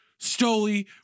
Stoli